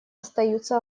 остаются